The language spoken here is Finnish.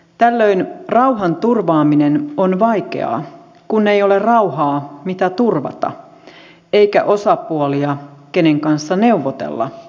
tällöin rauhanturvaaminen on vaikeaa kun ei ole rauhaa mitä turvata eikä osapuolia kenen kanssa neuvotella rauhasta